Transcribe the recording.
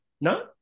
No